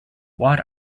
what